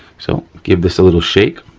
so give this a little shake.